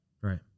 Right